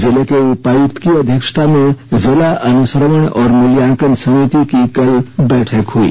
जिले के उपायुक्त की अध्यक्षता में जला अनुश्रवण और मूल्यांकन समिति की कल बैठक हुई